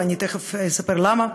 ואני תכף אספר למה,